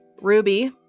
ruby